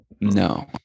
No